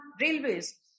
railways